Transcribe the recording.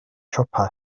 siopau